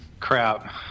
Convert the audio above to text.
crap